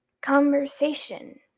conversation